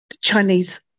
Chinese